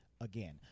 again